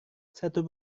satu